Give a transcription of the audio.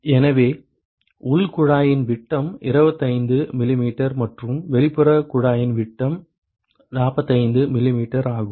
எனவே உள் குழாயின் விட்டம் 25 mm மற்றும் வெளிப்புற குழாயின் விட்டம் 45 mm ஆகும்